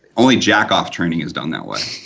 only jackoff training is done that way,